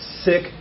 sick